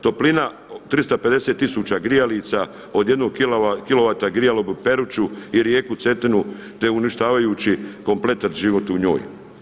Toplina 350 tisuća grijalica od jednog kilovata grijalo bi Peruču i rijeku Cetinu, te uništavajući kompletan život u njoj.